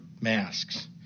masks